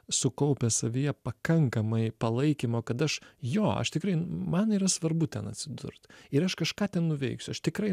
sukaupęs savyje pakankamai palaikymo kad aš jo aš tikrai man yra svarbu ten atsidurt ir aš kažką ten nuveiksiu aš tikrai